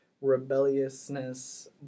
rebelliousness